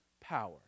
power